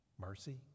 mercy